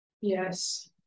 Yes